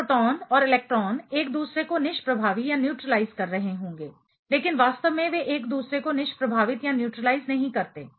यह प्रोटॉन और इलेक्ट्रॉन एक दूसरे को निष्प्रभावी न्यूट्रीलाइज कर रहे होंगे लेकिन वास्तव में वे एक दूसरे को निष्प्रभावित न्यूट्रीलाइज नहीं करते